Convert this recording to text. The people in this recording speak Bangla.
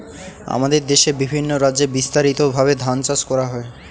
আমাদের দেশে বিভিন্ন রাজ্যে বিস্তারিতভাবে ধান চাষ করা হয়